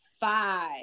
five